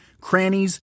crannies